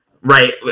right